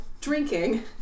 drinking